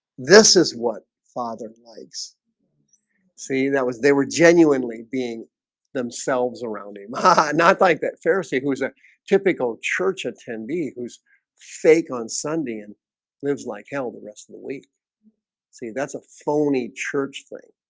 this is what father likes see that was they were genuinely being themselves around him ha ha not like that pharisee who was a typical church attendee. who's fake on sunday and lives like hell the rest of the week see, that's a phony church thing